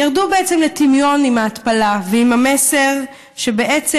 ירדו לטמיון עם ההתפלה ועם המסר שבעצם